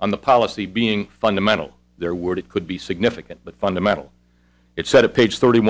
on the policy being fundamental their word it could be significant but fundamental it said it page thirty